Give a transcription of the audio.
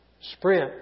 sprint